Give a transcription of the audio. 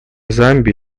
замбии